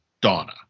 Donna